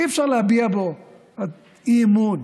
אי-אפשר להביע בו אי-אמון,